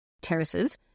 terraces